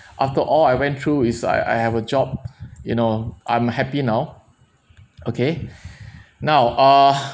after all I went through is I I have a job you know I'm happy now okay now uh